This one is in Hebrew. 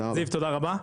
זיו, תודה רבה.